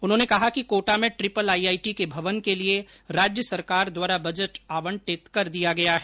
उन्होंने कहा कि कोटा में ट्रिपल आईआईटी के भवन के लिए राज्य सरकार द्वारा बजट आवंटित कर दिया गया है